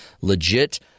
legit